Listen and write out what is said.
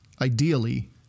ideally